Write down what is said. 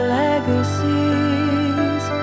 legacies